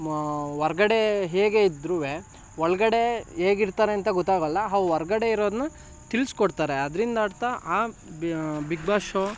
ಹೊರ್ಗಡೆ ಹೇಗೆ ಇದ್ದರೂ ಒಳಗಡೆ ಹೇಗಿರ್ತಾರೆ ಅಂತ ಗೊತ್ತಾಗೋಲ್ಲ ಹೌ ಹೊರ್ಗಡೆ ಇರೋದನ್ನ ತಿಳಿಸ್ಕೊಡ್ತಾರೆ ಅದ್ರಿಂದ್ ಅರ್ಥ ಆ ಬಿಗ್ ಬಾಸ್ ಶೋ